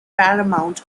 paramount